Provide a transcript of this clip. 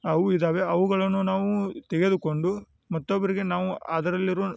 ಅವು ಇದಾವೆ ಅವುಗಳನ್ನು ನಾವು ತೆಗೆದುಕೊಂಡು ಮತ್ತೊಬ್ಬರಿಗೆ ನಾವು ಅದರಲ್ಲಿರುವ